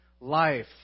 life